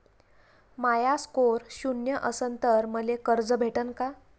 माया score शून्य असन तर मले कर्ज भेटन का?